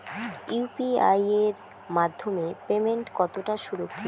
UPI এর মাধ্যমে payment কতটা সুরক্ষিত?